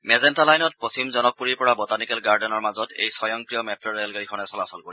magenta লাইনত পশ্চিম জনকপুৰীৰ পৰা বটানিকেল গাৰ্ডেনৰ মাজত এই স্বয়ংক্ৰিয় মেট্ ৰেলগাডীখনে চলাচল কৰিব